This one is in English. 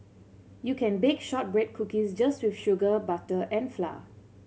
you can bake shortbread cookies just with sugar butter and flour